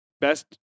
Best